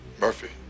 Murphy